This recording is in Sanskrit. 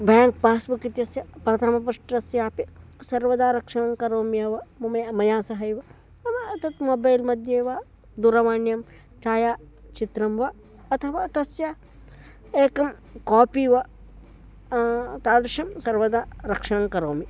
ब्याङ्क् पास्बुक् इत्यस्य प्रथमपृष्टस्यापि सर्वदा रक्षणं करोम्येव मया मया सह एव तत् मोबैल् मध्ये वा दूरवाण्यां छायाचित्रं वा अथवा तस्य एकं कोपि वा तादृशं सर्वदा रक्षणं करोमि